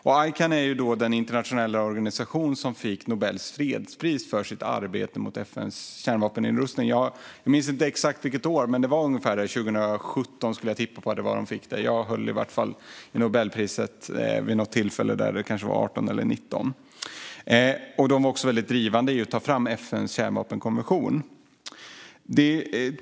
Ican är den internationella organisation som fick Nobels fredspris för sitt arbete för FN:s kärnvapennedrustning. Jag minns inte exakt vilket år det var, men jag skulle tippa på att det var ungefär 2017 de fick det. Jag höll i alla fall i Nobelpriset vid något tillfälle; det var kanske 2018 eller 2019. De var också väldigt drivande i fråga om att ta fram FN:s kärnvapenkonvention.